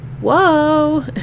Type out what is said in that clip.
whoa